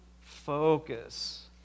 focus